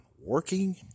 Working